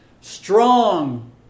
strong